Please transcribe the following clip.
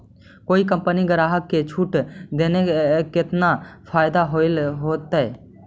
कोई कंपनी के ग्राहक के छूट देके केतना फयदा होब होतई?